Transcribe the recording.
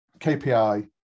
kpi